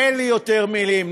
אין לי יותר מילים,